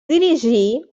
dirigir